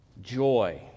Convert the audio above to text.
joy